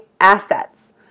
assets